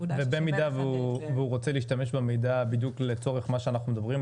במידה והוא רוצה להשתמש במידע בדיוק לצורך מה שאנחנו מדברים,